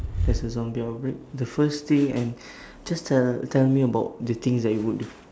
there's a zombie outbreak the first thing and just tell tell me about the things that you would do